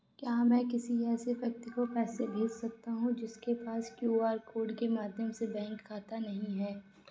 क्या मैं किसी ऐसे व्यक्ति को पैसे भेज सकता हूँ जिसके पास क्यू.आर कोड के माध्यम से बैंक खाता नहीं है?